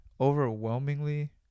overwhelmingly